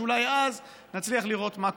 ואולי אז נצליח לראות מה קורה.